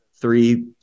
three